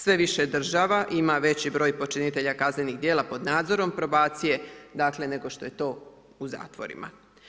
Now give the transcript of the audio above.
Sve više država ima veći broj počinitelja kaznenih djela pod nadzorom probacije, dakle nego što je to u zatvorima.